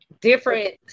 different